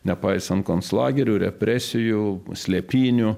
nepaisant konclagerių represijų slėpynių